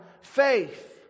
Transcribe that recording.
faith